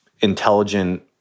intelligent